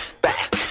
back